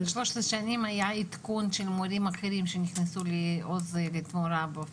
13 שנים היה עדכון של מורים אחרים שנכנסו לעוז לתמורה ואופק חדש.